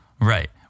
Right